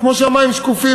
כמו שהמים שקופים,